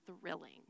thrilling